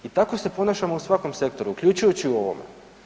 I tako se ponašamo u svakom sektoru uključujući u ovome.